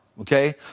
okay